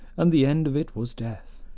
and the end of it was death.